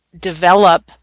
develop